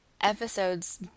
episodes